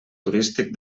turístic